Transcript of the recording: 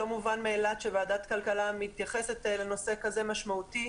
לא מובן מאליו שוועדת כלכלה מתייחסת לנושא כזה משמעותי.